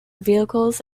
vehicles